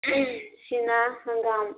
ꯁꯤꯅ ꯍꯪꯒꯥꯝ